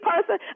person